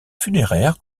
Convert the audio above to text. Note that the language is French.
funéraire